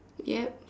yup